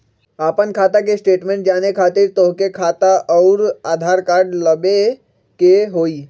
आपन खाता के स्टेटमेंट जाने खातिर तोहके खाता अऊर आधार कार्ड लबे के होइ?